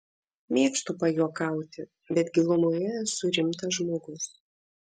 mėgstu pajuokauti bet gilumoje esu rimtas žmogus